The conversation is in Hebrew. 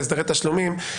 להסדרי תשלומים.